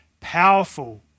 powerful